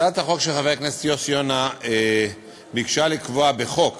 הצעת החוק של חבר הכנסת יוסי יונה ביקשה לקבוע בחוק